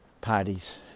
parties